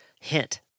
hint